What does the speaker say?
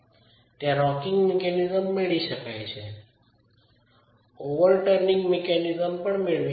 ત્યાં rocking mechanism મેળવી શકાય છે ઓવર ટર્નિંગ મિકેનિઝમ મેળવી શકો છે